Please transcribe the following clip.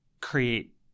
create